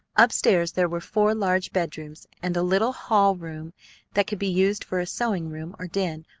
up-stairs there were four large bedrooms and a little hall room that could be used for a sewing-room or den,